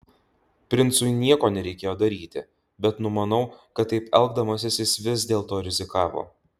princui nieko nereikėjo daryti bet numanau kad taip elgdamasis jis vis dėlto rizikavo